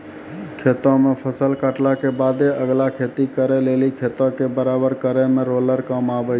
खेतो मे फसल काटला के बादे अगला खेती करे लेली खेतो के बराबर करै मे रोलर काम आबै छै